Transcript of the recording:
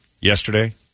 Yesterday